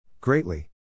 Greatly